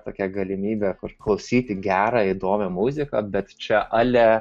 tokia galimybė kur klausyti gerą įdomią muziką bet čia ale